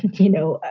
you know,